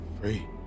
Free